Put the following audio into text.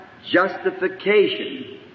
justification